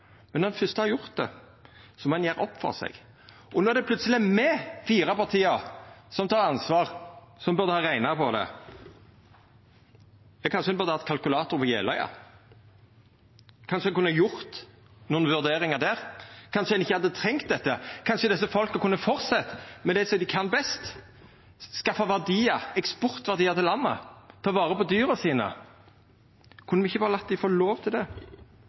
ein gjera opp for seg. Og nå er det plutseleg me, dei fire partia som tek ansvar, som burde ha rekna på det. Kanskje ein burde hatt kalkulator på Jeløya. Kanskje ein kunne gjort nokre vurderingar der. Kanskje ein ikkje hadde trengt dette. Kanskje desse folka kunne ha fortsett med det dei kan best: skaffa verdiar, eksportverdiar, til landet og ta vare på dyra sine. Kunne me ikkje berre latt dei få lov til det?